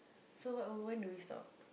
so what when do we stop